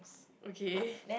okay